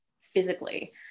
physically